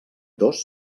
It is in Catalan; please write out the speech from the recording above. dos